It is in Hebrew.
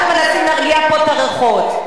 אנחנו מנסים פה להרגיע את הרוחות.